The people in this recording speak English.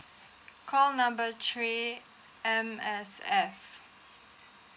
call number three M_S_F